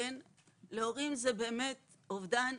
להורים זה באמת אובדן,